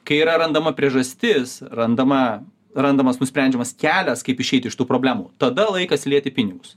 kai yra randama priežastis randama randamas nusprendžiamas kelias kaip išeiti iš tų problemų tada laikas lieti pinigus